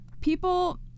People